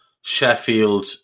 Sheffield